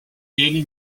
daily